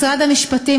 משרד המשפטים,